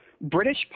British